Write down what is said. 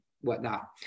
whatnot